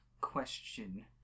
question